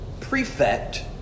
Prefect